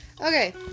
Okay